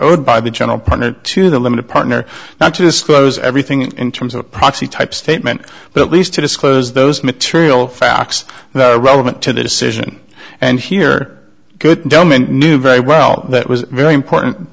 owed by the general punit to the limited partner not to disclose everything in terms of a proxy type statement but at least to disclose those material facts relevant to the decision and here good domain knew very well that was very important